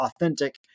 authentic